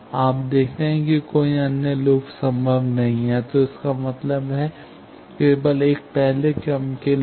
आप देखते हैं कोई अन्य लूप संभव नहीं है तो इसका मतलब है केवल एक पहला क्रम के लूप